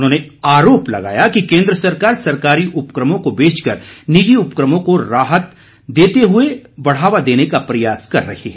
उन्होंने आरोप लगाया कि केंद्र सरकार सरकारी उपक्रमों को बेचकर निजी उपक्रमों को राहत देते हुए इन्हें बढ़ावा देने का प्रयास कर रही है